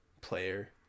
player